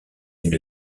une